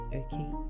okay